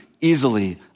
easily